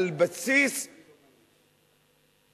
על בסיס אמונה,